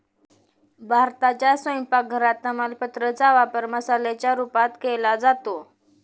भारताच्या स्वयंपाक घरात तमालपत्रा चा वापर मसाल्याच्या रूपात केला जातो